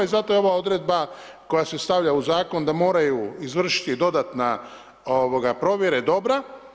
I zato je ova odredba koja se stavlja u zakon da moraju izvršiti dodatne provjere dobra.